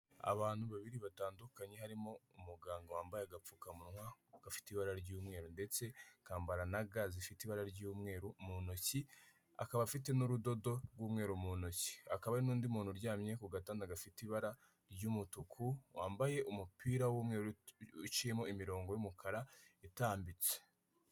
Abantu babiri batandukanye harimo umuganga wambaye agapfukamunwa gafite ibara ry'umweru ndetse akambara na ga zifite ibara ry'umweru mu ntoki. Akaba afite n'urudodo rw'umweru mu ntoki. Hakaba hari n'undi muntu uryamye ku gatanda gafite ibara ry'umutuku wambaye umupira w'umweru uciyemo imirongo y'umukara itambitse.